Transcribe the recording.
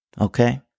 Okay